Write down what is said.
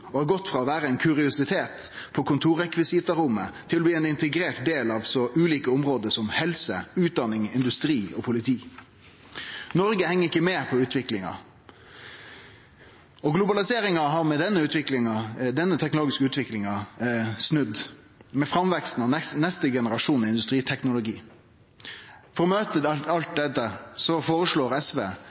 og har gått frå å vere ein kuriositet på kontorrekvisita-rommet til å bli ein integrert del av så ulike område som helse, utdanning, industri og politi. Noreg heng ikkje med i utviklinga. Globaliseringa har med denne teknologiske utviklinga snudd, med framveksten av neste generasjon med industriteknologi. For å møte alt dette føreslår SV